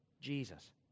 Jesus